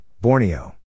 Borneo